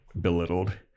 belittled